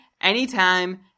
anytime